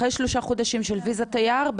אחרי שלושה חודשים של ויזת תייר,